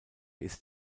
ist